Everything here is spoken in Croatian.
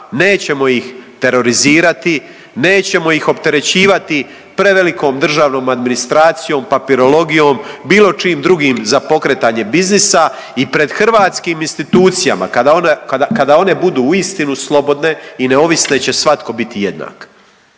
nećemo ih terorizirati, nećemo ih opterećivati prevelikom državnom administracijom, papirologijom, bilo čim drugim za pokretanje biznisa i pred hrvatskim institucijama kada one, kada one budu uistinu slobodne i neovisne će svatko biti jednak,